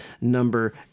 number